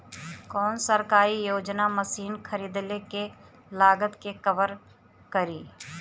कौन सरकारी योजना मशीन खरीदले के लागत के कवर करीं?